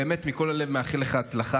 באמת, מכל הלב, אני מאחל לך הצלחה.